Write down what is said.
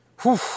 Whew